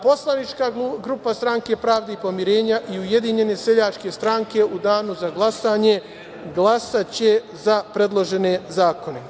Poslanička grupa Stranke pravde i pomirenja i Ujedinjene seljačke stranke u danu za glasanje glasaće za predložene zakone.